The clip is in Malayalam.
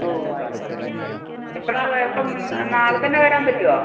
ഓ ആയിക്കോട്ടെ ആയിക്കോട്ടെ എപ്പഴാണ് അപ്പം നാളെ തന്നെ വരാൻ പറ്റുമോ